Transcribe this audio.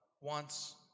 wants